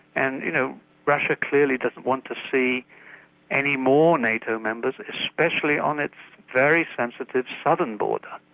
and you know russia clearly doesn't want to see any more nato members especially on its very sensitive southern border,